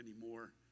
anymore